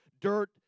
dirt